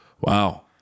Wow